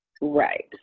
right